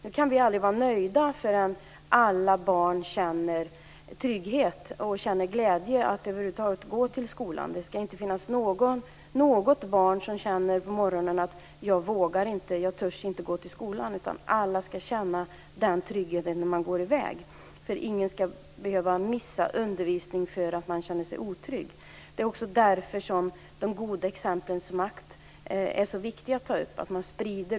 Nu kan vi aldrig vara nöjda förrän alla barn känner trygghet och glädje över att över huvud taget gå till skolan. Det ska inte finns något barn som på morgonen känner att man inte törs gå till skolan. Alla ska känna trygghet när man går till skolan. Ingen ska behöva missa undervisning för att man känner sig otrygg. Det är därför de goda exemplens makt är så viktiga att lyfta fram.